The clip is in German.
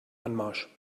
anmarsch